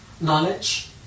knowledge